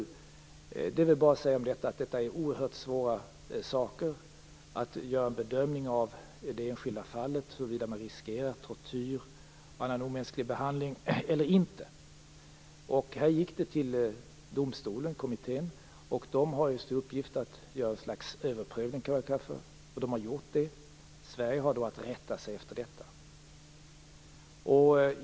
Om detta är väl bara att säga att det är oerhört svåra saker - att göra en bedömning av det enskilda fallet, huruvida man riskerar tortyr och annan omänsklig behandling eller inte. Här gick det till domstolen, till kommittén, och den har just till uppgift att göra vad vi kan kalla för en överprövning. Nu har den gjort det, och Sverige har nu att rätta sig efter detta.